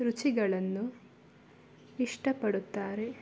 ರುಚಿಗಳನ್ನು ಇಷ್ಟಪಡುತ್ತಾರೆ